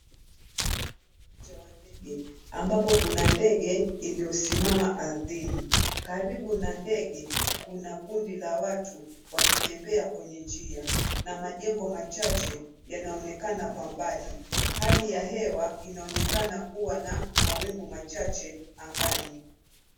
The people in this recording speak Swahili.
Uwanja wa ndege ambapo kuna ndege iliosimama ardhini. Karibu na ndege kuna kundi la watu wakitembea kwenye njia na majengo machache yanaonekana kwa mbali. Hali ya hewa inaonekana kuwa na mawingu machache angani.